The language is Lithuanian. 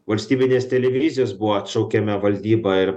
valstybinės televizijos buvo atšaukiame valdyba ir